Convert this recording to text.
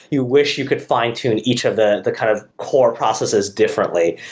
you wish you could fine-tune each of the the kind of core processes differently.